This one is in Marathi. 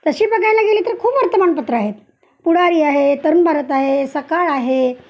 तशी बघायला गेले तर खूप वर्तमानपत्रं आहेत पुढारी आहे तरुणभारत आहे सकाळ आहे